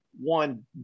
One